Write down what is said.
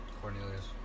Cornelius